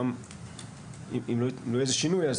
אם לא יהיה איזה שינוי,